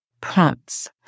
prompts